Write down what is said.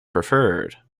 preferred